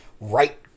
right